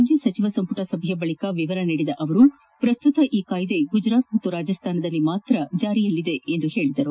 ರಾಜ್ಯ ಸಚಿವ ಸಂಪುಟ ಸಭೆಯ ಬಳಿಕ ವಿವರ ನೀಡಿದ ಅವರು ಪ್ರಸ್ತುತ ಈ ಕಾಯ್ದೆ ಗುಜರಾತ್ ಮತ್ತು ರಾಜಸ್ನಾನದಲ್ಲಿ ಮಾತ್ರ ಜಾರಿಯಲ್ಲಿದೆ ಎಂದರು